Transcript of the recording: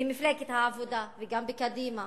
במפלגת העבודה, וגם בקדימה.